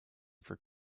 for